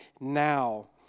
now